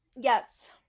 Yes